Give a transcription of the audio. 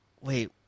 wait